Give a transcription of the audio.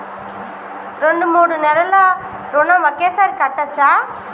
రెండు మూడు నెలల ఋణం ఒకేసారి కట్టచ్చా?